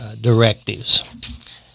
directives